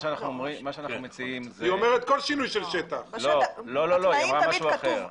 היא אמרה משהו אחר.